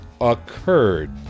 occurred